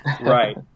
Right